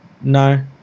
No